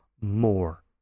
more